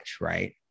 right